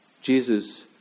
Jesus